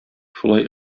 шулай